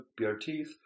BRTs